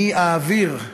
אני אעביר,